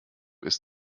ist